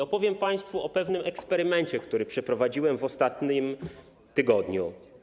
Opowiem państwu o pewnym eksperymencie, który przeprowadziłem w ostatnim tygodniu.